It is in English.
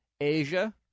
Asia